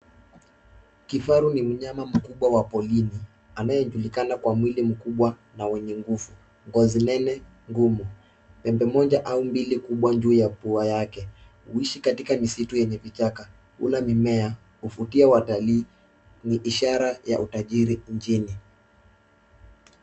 Kifaru ni mnyama mkubwa wa porini .Anayejulikana kwa mwili mkubwa na wenye nguvu. Ngozi nene ngumu. Pembe moja au mbili kubwa juu ya pua yake. Huishi katika misitu yenye vichaka, hula mimea, huvutia watalii, ni ishara ya utajiri nchini.